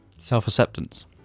self-acceptance